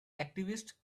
activists